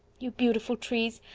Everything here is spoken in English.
you beautiful trees!